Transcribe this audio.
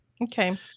Okay